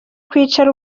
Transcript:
kwicara